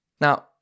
Now